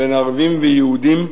בין ערבים ויהודים,